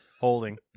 Holding